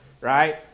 right